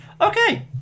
Okay